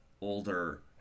older